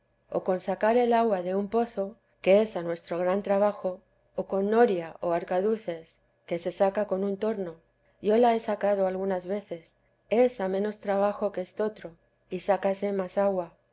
o con sacar el agua de un pozo que es a nuestro gran trabajo o con noria y arcaduces qua e saca con un torno yo la he sacado algunas veces es a menos trabajo que estotro y sácase más agua